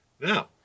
now